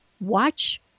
watch